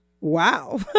Wow